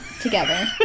together